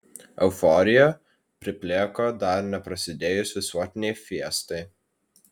euforija priplėko dar neprasidėjus visuotinei fiestai